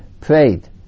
prayed